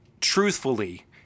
truthfully